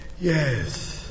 Yes